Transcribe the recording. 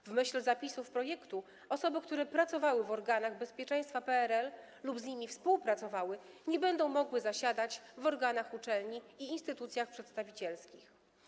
W myśl zapisów projektu osoby, które pracowały w organach bezpieczeństwa PRL lub z nimi współpracowały, nie będą mogły zasiadać w organach uczelni i instytucjach przedstawicielskich.